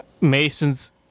mason's